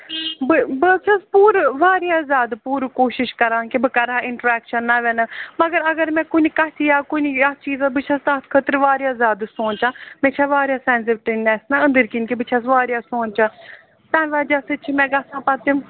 بہٕ بہٕ حظ چھَس پوٗرٕ واریاہ زیادٕ پوٗرٕ کوٗشِش کران کہِ بہٕ کَررٕ ہا اِنٹریکشَن نَوے نَو مَگر اَگر مےٚ کُنہِ کَتھِ یا کُنہِ یَتھ چیٖزس بہٕ چھَس تَتھ خٲطرٕ واریاہ زیادٕ سونٛچان مےٚ چھےٚ واریاہ سیٚنزِٹِونٮ۪س نا أنٛدٕرۍ کِنۍ کہِ بہٕ چھَس واریاہ سونٛچان تَمہِ وجہ سۭتۍ چھِ مےٚ گژھان پَتہٕ تِم